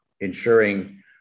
ensuring